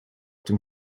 dem